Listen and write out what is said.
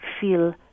feel